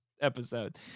episode